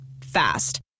Fast